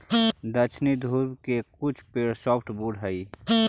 दक्षिणी ध्रुव के कुछ पेड़ सॉफ्टवुड हइ